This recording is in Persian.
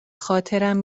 خاطرم